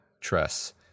tress